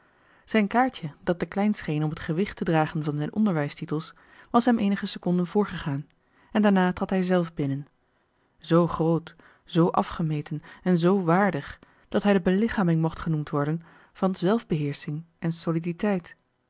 zijn kaartje dat te klein scheen om het gewicht te dragen van zijn onderwijstitels was hem eenige seconden voorgegaan en daarna trad hij zelf binnen zoo groot zoo afgemeten en zoo waardig dat hij de belichaming mocht genoemd worden van zelfbeheersching en soliditeit